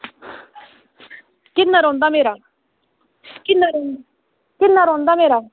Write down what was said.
किन्ना रौहंदा मेरा किन्ना रौहंदा किन्ना रौहंदा मेरा